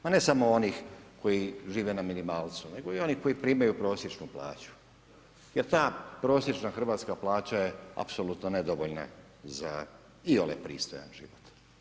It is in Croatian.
Ma ne samo onih koji žive na minimalcu, nego i onih koji primaju prosječnu plaću, jer ta prosječna hrvatska plaća je apsolutno nedovoljna za iole pristojan život.